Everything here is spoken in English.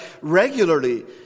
regularly